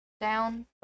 down